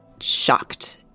shocked